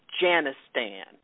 Janistan